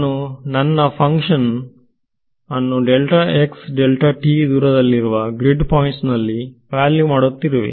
ನಾನು ನನ್ನ ಫಂಕ್ಷನ್ನು ದೂರದಲ್ಲಿರುವ ಗ್ರಿಡ್ ಪಾಯಿಂಟ್ಸ್ ನಲ್ಲಿ ವ್ಯಾಲ್ಯೂ ಮಾಡುತ್ತಿರುವೆ